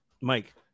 Mike